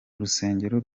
urusengero